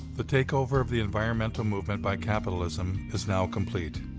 the takeover of the environmental movement by capitalism is now complete.